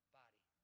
body